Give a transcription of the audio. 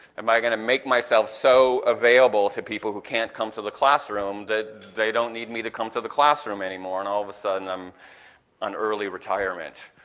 am i going to make myself so available to people who can't come to the classroom that they don't need me to come to the classroom anymore and all of a sudden i'm on early retirement?